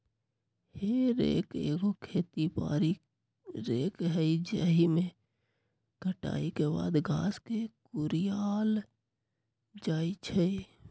हे रेक एगो खेती बारी रेक हइ जाहिमे कटाई के बाद घास के कुरियायल जाइ छइ